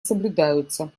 соблюдаются